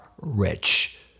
rich